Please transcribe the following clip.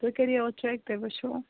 تُہۍ کٔرِو یَوٕ چیک تُہۍ وُچھِو